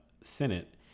Senate